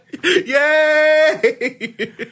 yay